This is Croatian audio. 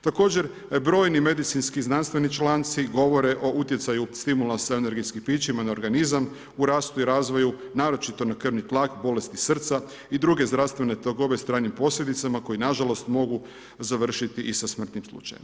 Također brojni medicinski znanstveni članci govore o utjecaju stimulansa u energetskim pićima na organizam u rastu i razvoju, naročito na krvni tlak, bolesti srca i druge zdravstvene tegobe s trajnim posljedicama koji nažalost mogu završiti i sa smrtnim slučajem.